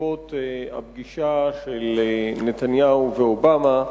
בעקבות הפגישה של נתניהו ואובמה,